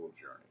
journey